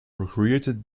recreated